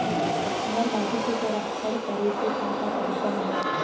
हमर माटी के संरक्षण करेके का का तरीका हवय?